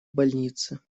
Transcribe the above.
больнице